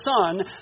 son